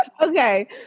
Okay